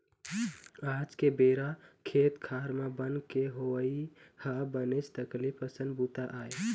आज के बेरा खेत खार म बन के होवई ह बनेच तकलीफ असन बूता आय